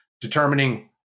determining